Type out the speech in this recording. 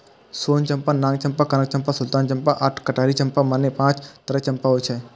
सोन चंपा, नाग चंपा, कनक चंपा, सुल्तान चंपा आ कटहरी चंपा, मने पांच तरहक चंपा होइ छै